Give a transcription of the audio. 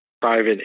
private